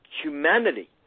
humanity